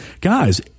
guys